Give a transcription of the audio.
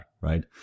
right